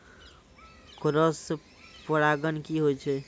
Cross परागण की होय छै?